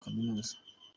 kaminuza